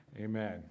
Amen